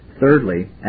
thirdly